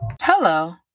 Hello